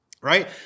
right